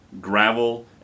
gravel